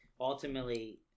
ultimately